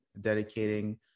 dedicating